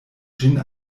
ĝin